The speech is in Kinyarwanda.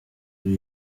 kuri